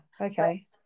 okay